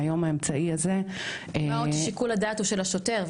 והיום האמצעי הזה --- מה עוד ששיקול הדעת הוא של השוטר.